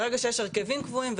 ברגע שיש הרכבים קבועים,